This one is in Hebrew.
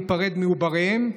להיפרד מעובריהן,